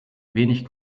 wenig